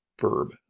verb